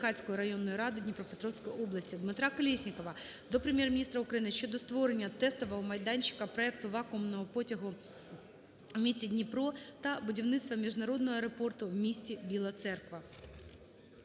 Дмитра Колєснікова до Прем'єр-міністра України щодо створення тестового майданчика проекту вакуумного потягу в місті Дніпро та будівництва міжнародного аеропорту у місті Біла Церква.